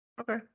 Okay